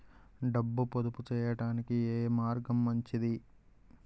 డబ్బు పొదుపు చేయటానికి ఏ మార్గం మంచిది?